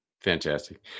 fantastic